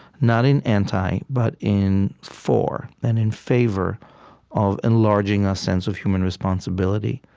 not in anti, but in for and in favor of enlarging our sense of human responsibility?